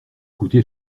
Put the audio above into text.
coûté